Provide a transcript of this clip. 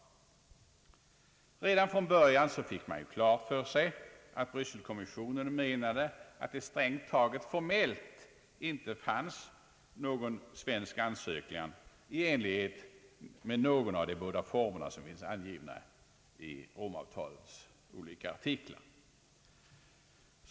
Redan från början fick man klart för sig att Brysselkommissionen menade att det strängt taget formellt inte fanns någon svensk ansökan i enlighet med någon av de båda former som finns angivna i Romavtalets olika artiklar.